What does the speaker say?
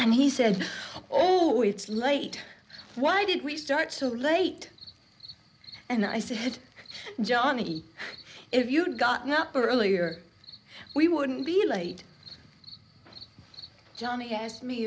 and he said oh it's late why did we start so late and i said johnny if you hadn't gotten up earlier we wouldn't be late johnny asked me